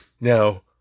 now